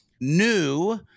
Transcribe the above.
new